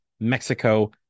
Mexico